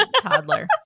toddler